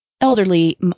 elderly